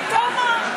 מטעמה.